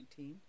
2019